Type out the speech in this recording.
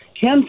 ken